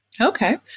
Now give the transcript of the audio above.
Okay